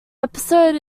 episode